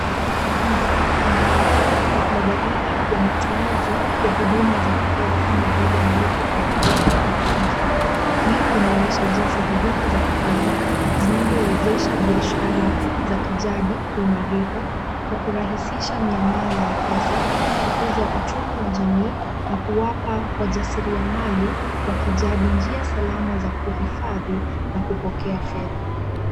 Bidhaa zinauzwa na kuna dalili ya matumizi ya huduma za kifedha kama vile malipo kwa M-Pesa au benki. Hii inaonyesha jinsi huduma za kifedha zinavyowezesha biashara za kijadi kuimarika kwa kurahisisha miamala ya pesa, kukuza uchumi wa jamii na kuwapa wajasiriamali wa jadi njia salama ya kupokea fedha.